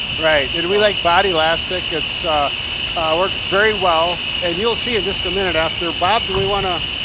right and we like bodylastic. it's works very well and you'll see in just a minute after, bob do we wanna?